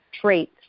traits